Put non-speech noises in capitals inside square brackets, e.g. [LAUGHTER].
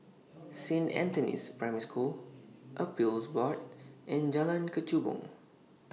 [NOISE] Saint Anthony's Primary School Appeals Board and Jalan Kechubong